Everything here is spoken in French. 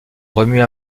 remue